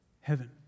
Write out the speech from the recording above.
heaven